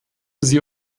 sie